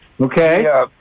Okay